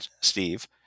Steve